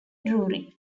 drury